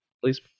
please